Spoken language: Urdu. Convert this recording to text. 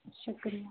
شُکریہ